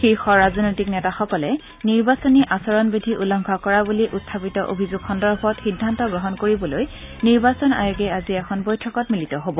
শীৰ্ষ ৰাজনৈতিক নেতাসকলে নিৰ্বাচনী আচৰণ বিধি উলংঘা কৰা বুলি উখাপিত অভিযোগৰ সন্দৰ্ভত সিদ্ধান্ত গ্ৰহণ কৰিবলৈ নিৰ্বাচন আয়োগে আজি এখন বৈঠকত মিলিত হ'ব